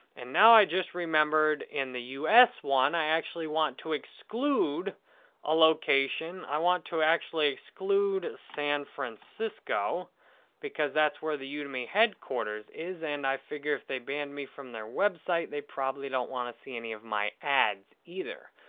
and now, i just remembered, in the us one, i actually want to exclude a location. i want to actually exclude san francisco because that's where the udemy headquarters is and i figure if they banned me from their website, they probably don't want to see any of my ads, either.